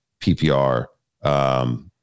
PPR